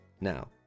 Now